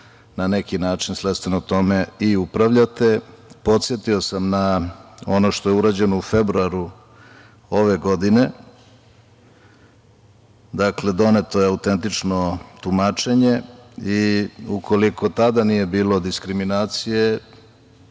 na neki način svojstveno tome i upravljate. Podsetio sam na ono što je urađeno u februaru ove godine. Dakle, doneto je autentično tumačenje i ukoliko tada nije bilo diskriminacije,